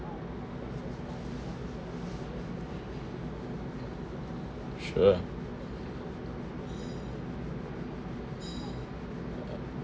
sure